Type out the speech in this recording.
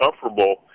comfortable